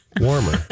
Warmer